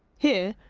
here,